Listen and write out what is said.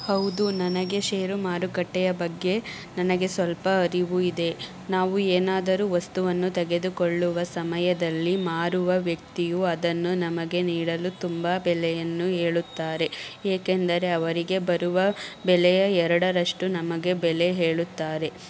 ಹೌದು ನನಗೆ ಷೇರು ಮಾರುಕಟ್ಟೆಯ ಬಗ್ಗೆ ನನಗೆ ಸ್ವಲ್ಪ ಅರಿವು ಇದೆ ನಾವು ಏನಾದರೂ ವಸ್ತುವನ್ನು ತೆಗೆದುಕೊಳ್ಳುವ ಸಮಯದಲ್ಲಿ ಮಾರುವ ವ್ಯಕ್ತಿಯು ಅದನ್ನು ನಮಗೆ ನೀಡಲು ತುಂಬ ಬೆಲೆಯನ್ನು ಹೇಳುತ್ತಾರೆ ಏಕೆಂದರೆ ಅವರಿಗೆ ಬರುವ ಬೆಲೆಯ ಎರಡರಷ್ಟು ನಮಗೆ ಬೆಲೆ ಹೇಳುತ್ತಾರೆ